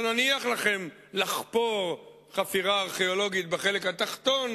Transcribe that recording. לא נניח לכם לחפור חפירה ארכיאולוגית בחלק התחתון,